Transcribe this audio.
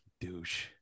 douche